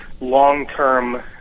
long-term